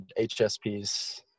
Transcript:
HSPs